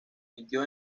emitió